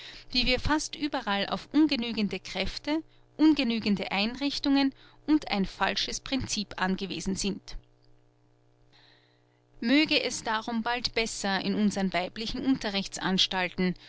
wie wir fast überall auf ungenügende kräfte ungenügende einrichtungen und ein falsches princip angewiesen sind möge es darum bald besser in unsern weiblichen